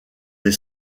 des